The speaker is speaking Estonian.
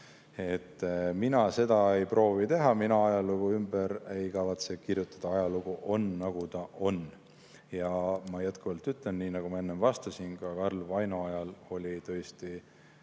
Mina seda ei proovi teha, mina ajalugu ümber ei kavatse kirjutada. Ajalugu on, nagu ta on. Ma jätkuvalt ütlen, nii nagu ma enne vastasin, ka Karl Vaino ajal oli tõesti